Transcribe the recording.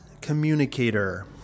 communicator